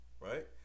right